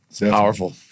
Powerful